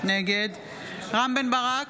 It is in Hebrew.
נגד רם בן ברק,